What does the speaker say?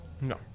No